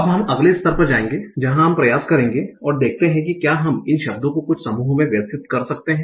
अब हम अगले स्तर पर जाएँगे जहाँ हम प्रयास करेंगे और देखते हैं कि क्या हम इन शब्दों को कुछ समूहों में व्यवस्थित कर सकते हैं